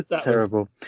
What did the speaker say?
terrible